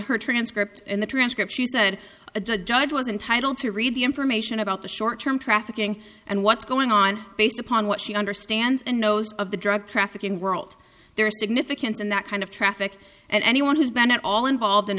her transcript in the transcript she said the judge was entitled to read the information about the short term trafficking and what's going on based upon what she understands and knows of the drug trafficking world their significance and that kind of traffic and anyone who's been at all involved